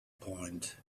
point